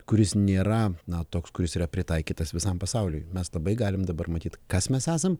kuris nėra na toks kuris yra pritaikytas visam pasauliui mes labai galim dabar matyt kas mes esam